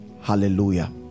Hallelujah